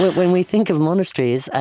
when we think of monasteries, ah